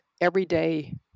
everyday